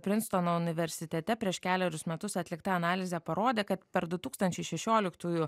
prinstono universitete prieš kelerius metus atlikta analizė parodė kad per du tūkstančiai šešioliktųjų